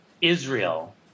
Israel